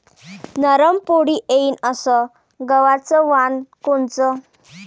नरम पोळी येईन अस गवाचं वान कोनचं?